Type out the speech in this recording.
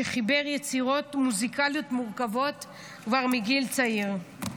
וחיבר יצירות מוזיקליות מורכבות כבר בגיל צעיר.